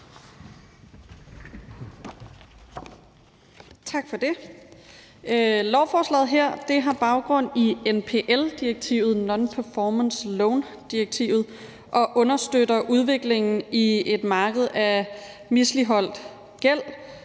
Tak for det. Lovforslaget her har baggrund i NPL-direktivet, non-performance loan-direktivet, og understøtter udviklingen i et marked af misligholdt gæld,